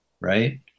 Right